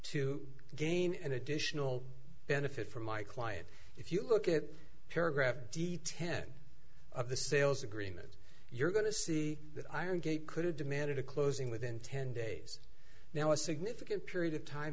to gain an additional benefit for my client if you look at paragraph d ten of the sales agreement you're going to see that iron gate could have demanded a closing within ten days now a significant period of time